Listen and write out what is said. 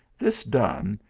this done,